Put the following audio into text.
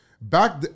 back